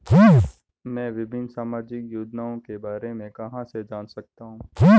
मैं विभिन्न सामाजिक योजनाओं के बारे में कहां से जान सकता हूं?